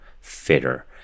fitter